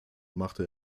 machte